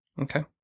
okay